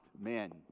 men